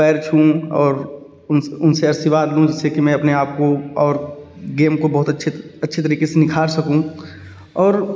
पैर छूऊँ और उनसे आशीर्वाद लूँ जिससे कि मैं अपने आप को और गेम को बहुत अच्छे अच्छे तरीके से निखार सकूँ और